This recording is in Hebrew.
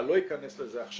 אני לא אכנס לזה עכשיו,